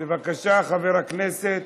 בבקשה, חבר הכנסת